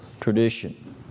tradition